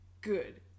good